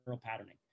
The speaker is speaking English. patterning